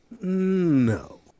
No